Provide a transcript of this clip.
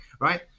right